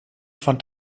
fand